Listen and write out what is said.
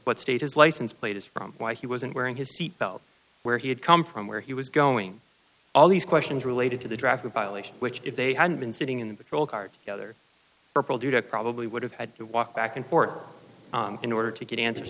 what state his license plate is from why he wasn't wearing his seat belt where he had come from where he was going all these questions related to the draft a violation which if they had been sitting in the patrol car together or pulled you that probably would have had to walk back and forth in order to get answers